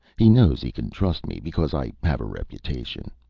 he knows he can trust me, because i have a reputation.